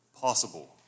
possible